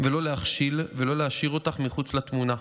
ולא להכשיל ולא להשאיר אותך מחוץ לתמונה.